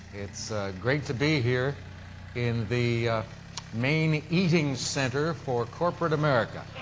it's great to be here in the main eating center for corporate america.